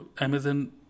Amazon